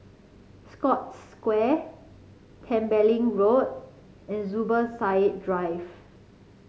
Scotts Square Tembeling Road and Zubir Said Drive